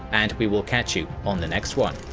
and we will catch you on the next one.